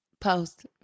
Post